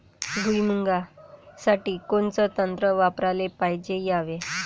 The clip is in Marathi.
भुइमुगा साठी कोनचं तंत्र वापराले पायजे यावे?